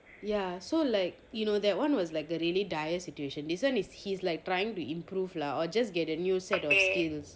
ya so like you know that one was like the really dire situation this one is he's like trying to improve lah or just get a new set of skills